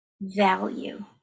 value